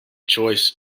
choice